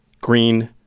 green